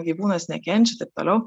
gyvūnas nekenčia taip toliau